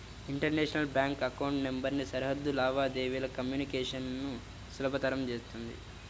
international bank account number సరిహద్దు లావాదేవీల communication ను సులభతరం చేత్తుంది